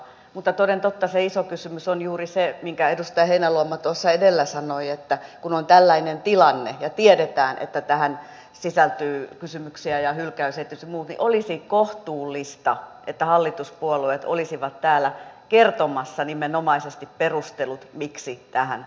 mutta toden totta se iso kysymys on juuri se minkä edustaja heinäluoma tuossa edellä sanoi että kun on tällainen tilanne ja tiedetään että tähän sisältyy kysymyksiä ja hylkäysesitys ja muuta niin olisi kohtuullista että hallituspuolueet olisivat täällä kertomassa nimenomaisesti perustelut miksi tähän mennään